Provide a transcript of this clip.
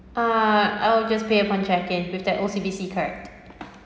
uh I will just pay upon check in with the O_C_B_C card